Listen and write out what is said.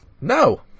No